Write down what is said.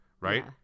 right